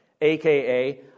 AKA